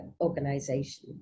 organization